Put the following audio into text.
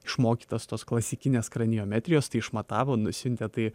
išmokytas tos klasikinės kraniometrijos tai išmatavo nusiuntė tai